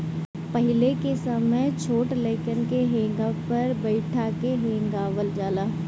पहिले के समय छोट लइकन के हेंगा पर बइठा के हेंगावल जाला